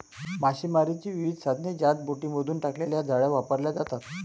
मासेमारीची विविध साधने ज्यात बोटींमधून टाकलेल्या जाळ्या वापरल्या जातात